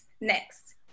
Next